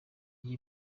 gihe